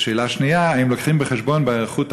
ושאלה שנייה: האם לוקחים בחשבון בהיערכות